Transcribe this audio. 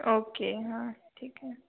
ओ के हाँ ठीक है